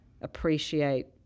appreciate